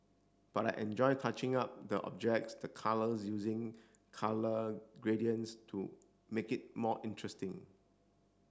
but I enjoy touching up the objects the colours using colour gradients to make it more interesting